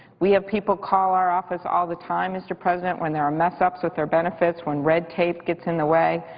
we have people call our office all the time, mr. president, when there are mess-ups with their benefits, when red tape gets in the way.